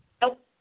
Nope